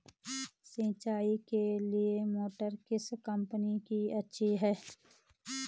सिंचाई के लिए मोटर किस कंपनी की अच्छी है?